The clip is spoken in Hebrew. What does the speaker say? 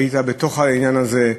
היית בתוך העניין הזה,